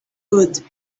good